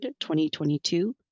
2022